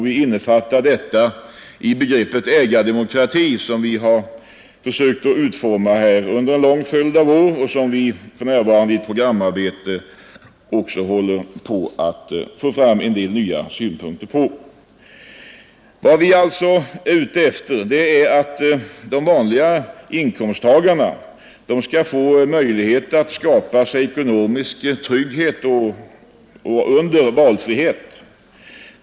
Vi innefattar detta i begreppet ”ägardemokrati” som vi försökt utforma under en lång följd av år och som just nu ingår som en viktig del i vårt programarbete. Vi vill alltså att de vanliga inkomsttagarna skall ha möjlighet att skapa sig ekonomisk trygghet under valfrihet.